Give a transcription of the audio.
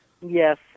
Yes